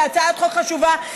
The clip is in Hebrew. זו הצעת חוק חשובה.